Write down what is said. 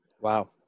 Wow